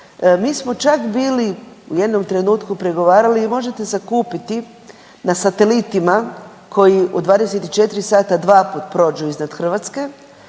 Mi smo čak bili u jednom trenutku pregovarali, vi možete zakupiti na satelitima koji u 24 sata 2 put prođu iznad Hrvatske